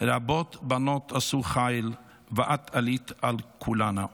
"רבות בנות עשו חיל ואת עלית על כלנה".